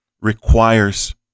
requires